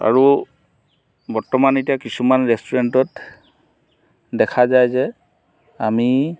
আৰু বৰ্তমান এতিয়া কিছুমান ৰেষ্টুৰেণ্টত দেখা যায় যে আমি